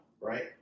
right